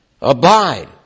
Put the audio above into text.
abide